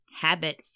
habit